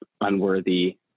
unworthy